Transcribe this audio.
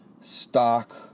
stock